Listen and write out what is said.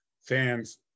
fans